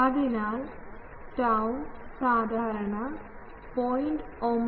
അതിനാൽ tau സാധാരണ 0